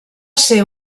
ser